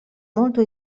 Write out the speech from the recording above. molto